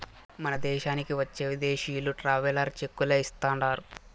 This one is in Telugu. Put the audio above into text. మన దేశానికి వచ్చే విదేశీయులు ట్రావెలర్ చెక్కులే ఇస్తాండారు